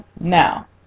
Now